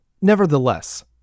Nevertheless